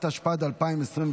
התשפ"ד 2024,